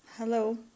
Hello